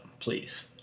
Please